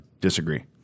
disagree